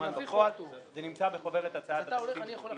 נמצא בחוברת הצעת התקציב.